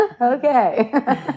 Okay